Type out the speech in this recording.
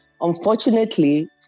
Unfortunately